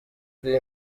uri